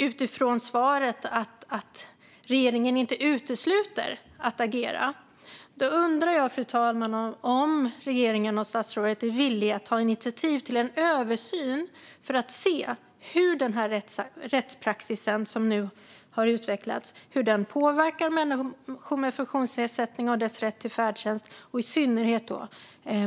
Utifrån svaret att regeringen inte utesluter att agera undrar jag om regeringen och statsrådet är villiga att ta initiativ till en översyn för att se hur den rättspraxis som nu har utvecklats påverkar människor med funktionsnedsättning och deras rätt till färdtjänst. Det gäller då i synnerhet